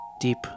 deep